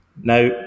Now